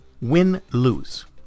win-lose